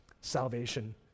salvation